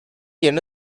yerine